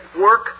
work